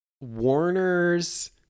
warner's